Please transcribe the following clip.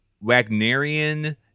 Wagnerian